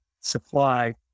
supply